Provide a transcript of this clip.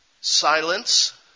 Silence